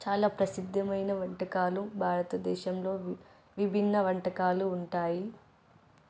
చాలా ప్రసిద్ధమైన వంటకాలు భారతదేశంలో విభిన్న వంటకాలు ఉంటాయి